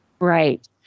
Right